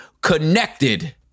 connected